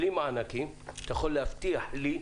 בלי מענקים, אתה יכול להבטיח לי,